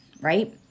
right